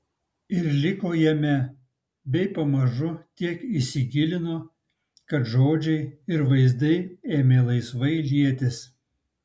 ir liko jame bei pamažu tiek įsigilino kad žodžiai ir vaizdai ėmė laisvai lietis